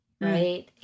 right